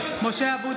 (קוראת בשמות חברת הכנסת) משה אבוטבול,